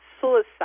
Suicide